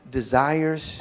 desires